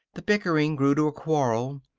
the bickering grew to a quarrel.